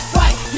White